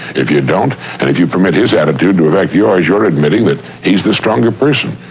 if you don't, and if you permit his attitude to affect yours, you're admitting that he's the stronger person.